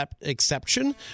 exception